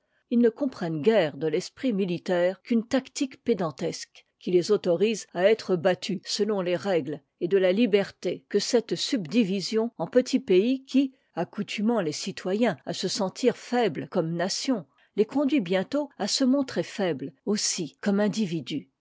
ils ne comprennent guère de l'esprit militaire qu'une tactique pédantesque qui les autorise être battus selon les règles et de la liberté que cette subdivision en petits pays qui accoutumant les citoyens à se sentir faibles comme nation tes conduit bientôt à se montrer faibles aussi comme individus